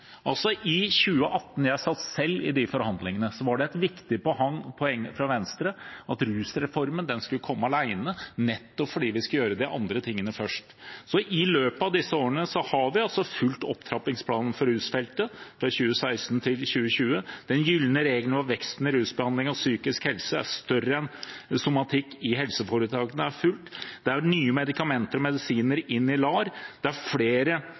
I 2018 – og jeg satt selv i de forhandlingene – var det et viktig poeng for Venstre at rusreformen skulle komme alene, nettopp fordi vi skulle gjøre de andre tingene først. Så i løpet av disse årene har vi altså fulgt opptrappingsplanen for rusfeltet, fra 2016 til 2020. Den gylne regelen hvor veksten i behandling av rus og psykisk helse er større enn somatikk i helseforetakene, er fulgt. Det er kommet nye medikamenter og medisiner inn i LAR. Det er flere